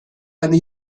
eine